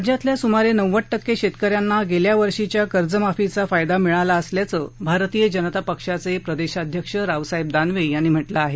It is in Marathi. राज्यातल्या सुमारे नव्वद टक्के शेतक यांना गेल्यावर्षीच्या कर्जमाफीचा फायदा मिळाला असल्याचं भारतीय जनता पक्षाचे प्रदेशाध्यक्ष रावसाहेब दानवे यांनी म्हटलं आहे